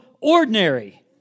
ordinary